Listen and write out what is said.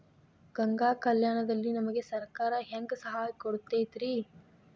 ಗಂಗಾ ಕಲ್ಯಾಣ ದಲ್ಲಿ ನಮಗೆ ಸರಕಾರ ಹೆಂಗ್ ಸಹಾಯ ಕೊಡುತೈತ್ರಿ?